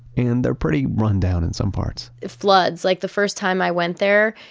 and they're pretty rundown in some parts it floods, like the first time i went there,